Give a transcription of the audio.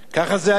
ככה זה היה.